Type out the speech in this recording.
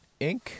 inc